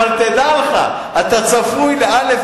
אבל תדע לך שאתה צפוי לא',